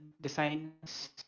designs